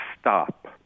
stop